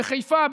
בחיפה,